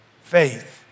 Faith